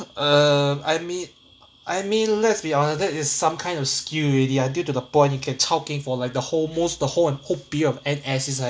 uh I mean I mean let's be honest that is some kind of skill already ah until to the point you can chao keng for like the almost the whole en~ whole period of N_S it's like